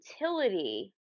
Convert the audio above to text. utility